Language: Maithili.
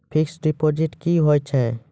फिक्स्ड डिपोजिट क्या हैं?